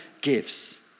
gifts